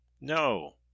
No